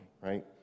right